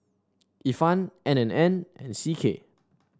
Ifan N and N and C K